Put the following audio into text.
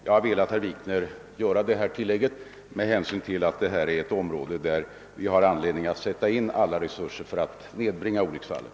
Jag har velat, herr Wikner, göra detta tillägg med hänsyn till att detta är ett område där vi har anledning att sätta in alla resurser för att söka nedbringa olycksfallen.